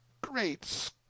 Great